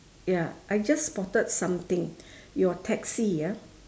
ya I just spotted something your taxi ah